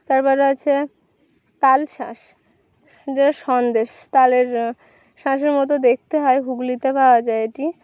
তারপরে আছে তালশাঁস যে সন্দেশ তালের শাঁসের মতো দেখতে হয় হুগলিতে পাওয়া যায় এটি